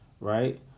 right